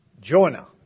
Jonah